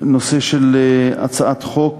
נושא הצעת חוק